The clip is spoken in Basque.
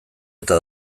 eta